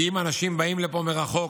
כי אם אנשים באים לפה מרחוק,